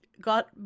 got